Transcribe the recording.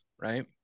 right